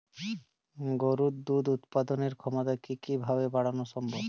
গরুর দুধ উৎপাদনের ক্ষমতা কি কি ভাবে বাড়ানো সম্ভব?